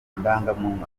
ndangamuntu